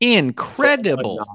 incredible